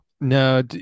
No